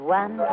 one